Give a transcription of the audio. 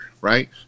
right